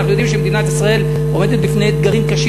אנחנו יודעים שמדינת ישראל עומדת בפני אתגרים קשים